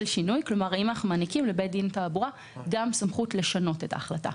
כלומר האם אנחנו מעניקים לבית דין תעבורה גם סמכות לשנות את ההחלטה.